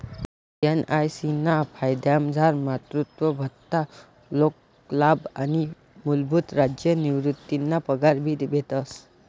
NIC ना फायदामझार मातृत्व भत्ता, शोकलाभ आणि मूलभूत राज्य निवृतीना पगार भी भेटस